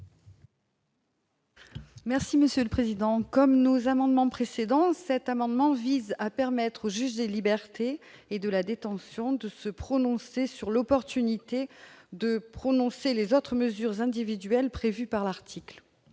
Merci Monsieur le Président, comme nos amendements précédent cet amendement vise à permettre au juge des libertés et de la détention de se prononcer sur l'opportunité de prononcer les autres mesures individuelles prévues par l'article.